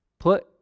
Put